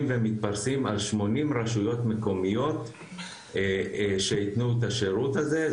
ומתפרסים על 80 רשויות מקומיות שיתנו את השירות הזה,